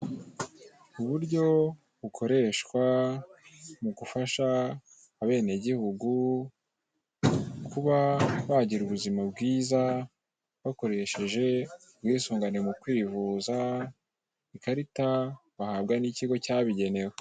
Uburyo bukoreshwa mu gufasha abenegihugu kuba bagira ubuzima bwiza, bakoresheje ubwisungane mu kwivuza, ikarita bahabwa n'ikigo cyabigenewe.